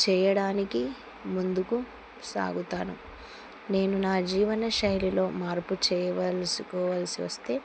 చేయడానికి ముందుకు సాగుతాను నేను నా జీవన శైలిలో మార్పు చేయవల్సుకోవాల్సి వస్తే